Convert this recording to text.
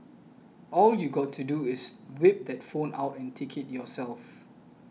all you got to do is whip that phone out and take it yourself